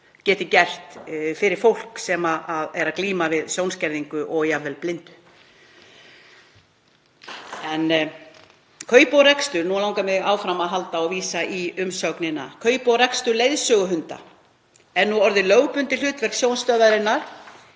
geti gert fyrir fólk sem er að glíma við sjónskerðingu og jafnvel blindu Nú langar mig að halda áfram og vísa í umsögnina: „Kaup og rekstur leiðsöguhunda er nú orðið lögbundið hlutverk Sjónstöðvarinnar